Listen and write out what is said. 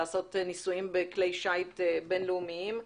לעשות נישואים בכלי שיט בינלאומיים,